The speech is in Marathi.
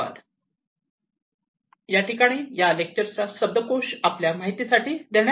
Thank you